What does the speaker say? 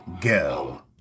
go